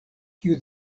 kiu